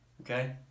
Okay